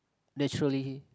naturally